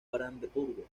brandeburgo